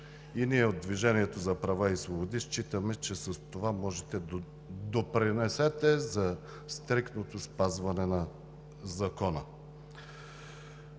и ние от „Движението за права и свободи“ считаме, че с това можете да допринесете за стриктното спазване на закона.